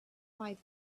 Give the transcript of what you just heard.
five